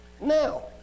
Now